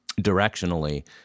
directionally